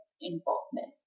involvement